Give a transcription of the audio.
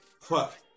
fuck